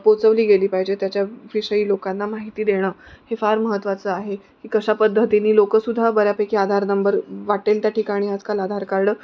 पोचवली गेली पाहिजे त्याच्याविषयी लोकांना माहिती देणं हे फार महत्त्वाचं आहे की कशा पद्धतीनी लोकसुद्धा बऱ्यापैकी आधार नंबर वाट्टेल त्या ठिकाणी आजकाल आधार कार्ड